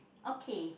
okay